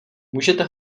můžete